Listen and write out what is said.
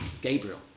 Gabriel